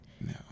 No